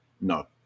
no